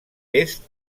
est